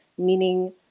meaning